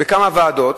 בכמה ועדות,